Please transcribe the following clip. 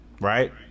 right